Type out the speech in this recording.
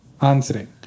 answering